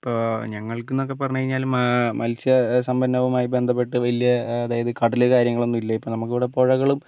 ഇപ്പോൾ ഞങ്ങൾക്ക് എന്നൊക്കെ പറഞ്ഞുകഴിഞ്ഞാൽ മാ മൽസ്യസമ്പന്നവുമായി ബന്ധപ്പെട്ട് വലിയ അതായത് കടൽ കാര്യങ്ങളൊന്നും ഇല്ല ഇപ്പം നമുക്കിവിടെ പുഴകളും